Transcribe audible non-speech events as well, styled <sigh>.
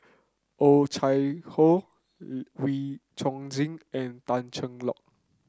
Oh Chai Hoo <unintelligible> Wee Chong Jin and Tan Cheng Lock